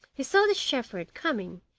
he saw the shepherd coming,